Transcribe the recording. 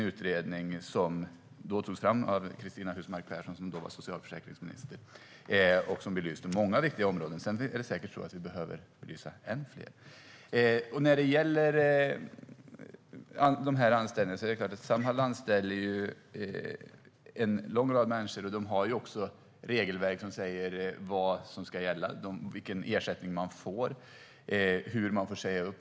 Utredningen togs fram av Cristina Husmark Pehrsson, som då var socialförsäkringsminister. Den belyste många viktiga områden, men vi behöver säkert belysa ännu fler. Samhall anställer en lång rad människor. De har regelverk som säger vad som ska gälla, vilken ersättning som ges och hur man får säga upp.